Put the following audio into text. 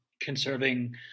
conserving